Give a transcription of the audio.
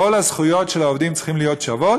כל הזכויות של העובדים צריכות להיות שוות